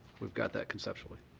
we've got that conceptually.